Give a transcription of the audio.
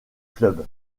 club